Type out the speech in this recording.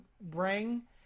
bring